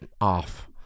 off